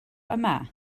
yma